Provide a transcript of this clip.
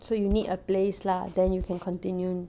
so you need a place lah then you can continue